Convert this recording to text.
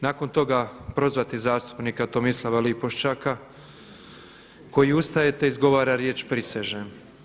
Nakon toga prozvati zastupnika Tomislava Lipošćaka koji ustajete i izgovara riječ: prisežem.